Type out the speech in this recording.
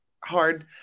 hard